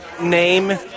name